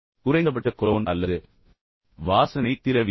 குறைந்தபட்ச கொலோன் அல்லது வாசனை திரவியம்